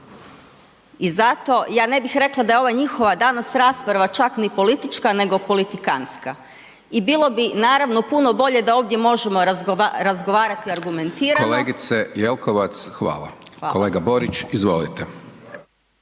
i zato ja ne bih rekla da je ova njihova danas rasprava čak ni politička nego politikanska i bilo bi naravno puno bolje da ovdje možemo razgovarati argumentirano …/Upadica: Kolegice Jelkovac hvala/…Hvala.